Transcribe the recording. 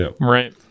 Right